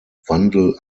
wandel